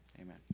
Amen